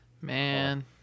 Man